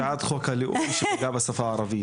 ואת הצבעת בעד חוק הלאום שיפגע בשפה הערבית.